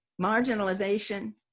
marginalization